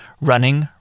running